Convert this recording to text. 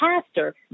pastor